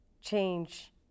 change